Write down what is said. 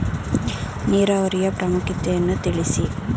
ನೀರಾವರಿಯ ಪ್ರಾಮುಖ್ಯತೆ ಯನ್ನು ತಿಳಿಸಿ?